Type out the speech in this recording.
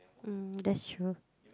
um that's true